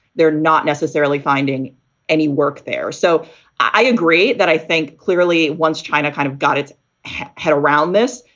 they're not necessarily finding any work there. so i agree that i think clearly once china kind of got its head around this,